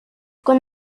con